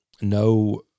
no